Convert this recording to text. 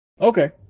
Okay